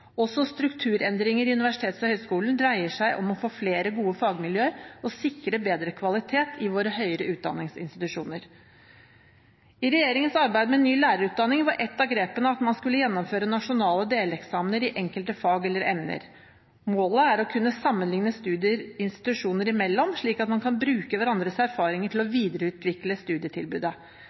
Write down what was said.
Også strukturendringene i universitets- og høyskolesektoren dreier seg om å få flere gode fagmiljøer og sikre bedre kvalitet i våre høyere utdanningsinstitusjoner. I regjeringens arbeid med ny lærerutdanning var et av grepene at man skulle gjennomføre nasjonale deleksamener i enkelte fag eller emner. Målet er å kunne sammenligne studier institusjoner imellom, slik at man kan bruke hverandres erfaringer til å videreutvikle studietilbudet.